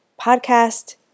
podcast